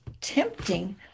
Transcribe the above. tempting